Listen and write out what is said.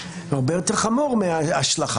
זה הרבה יותר חמור מהשלכה.